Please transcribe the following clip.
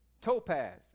topaz